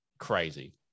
crazy